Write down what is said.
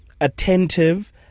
attentive